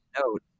note